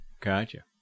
Gotcha